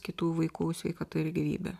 kitų vaikų sveikata ir gyvybe